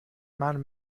man